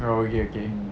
oh okay okay